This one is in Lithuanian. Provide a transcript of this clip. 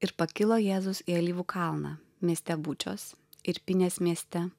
ir pakilo jėzus į alyvų kalną mieste bučos ir pinės mieste